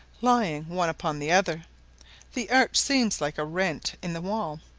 lying one upon the other the arch seems like a rent in the wall,